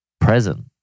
present